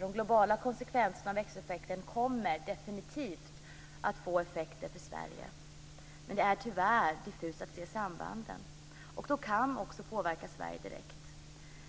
De globala konsekvenserna av växthuseffekten kommer definitivt att få effekter för Sverige, men det är tyvärr svårt att se sambanden. Sverige kan också påverkas direkt.